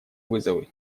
вызовы